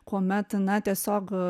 kuomet na tiesiog